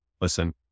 listen